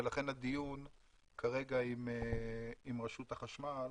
ולכן הדיון כרגע עם רשות החשמל